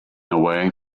away